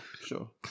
sure